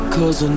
Cause